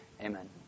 Amen